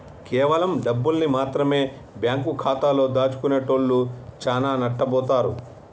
కేవలం డబ్బుల్ని మాత్రమె బ్యేంకు ఖాతాలో దాచుకునేటోల్లు చానా నట్టబోతారు